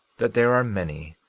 that there are many,